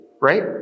right